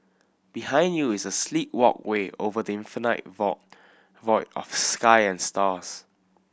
behind you is a sleek walkway over the infinite void void of sky and stars